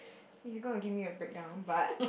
it's gonna give me a breakdown but